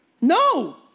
No